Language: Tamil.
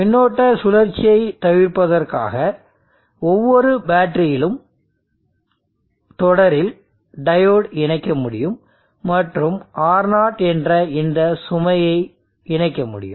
மின்னோட்ட சுழற்சியை தவிர்ப்பதற்காக ஒவ்வொரு பேட்டரியிலும் தொடரில் டையோடு இணைக்க முடியும் மற்றும் R0 என்ற இந்த சுமையை இணைக்க முடியும்